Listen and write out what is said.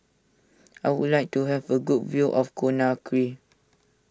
I would like to have a good view of Conakry